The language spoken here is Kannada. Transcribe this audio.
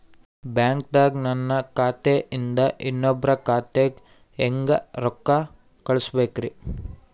ಬ್ಯಾಂಕ್ದಾಗ ನನ್ ಖಾತೆ ಇಂದ ಇನ್ನೊಬ್ರ ಖಾತೆಗೆ ಹೆಂಗ್ ರೊಕ್ಕ ಕಳಸಬೇಕ್ರಿ?